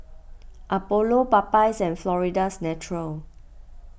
Apollo Popeyes and Florida's Natural